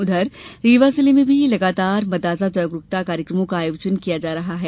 उधर रीवा जिले में भी लगातार मतदाता जागरूकता कार्यक्रमों का आयोजन किया जा रहा है